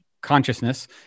consciousness